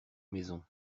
maisons